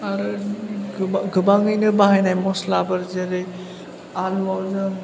आरो गोबा गोबाङैनो बाहायनाय मस्लाफोर जेरै आलुआव जों